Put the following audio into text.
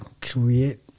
create